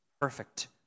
Perfect